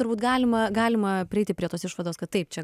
turbūt galima galima prieiti prie tos išvados kad taip čia